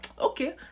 Okay